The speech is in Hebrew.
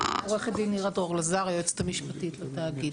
עו"ד נירה דרור לזר, היועצת המשפטית לתאגיד.